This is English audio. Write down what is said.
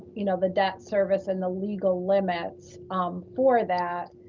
you know, the debt service and the legal limits for that,